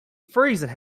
freezing